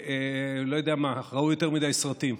שאני לא יודע מה, ראו יותר מדי סרטים.